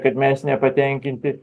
kad mes nepatenkinti